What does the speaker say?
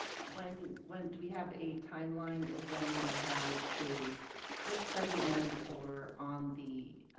when when do we have a timeline as when we will have a work study and or on the